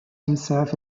himself